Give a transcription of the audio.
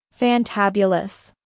Fantabulous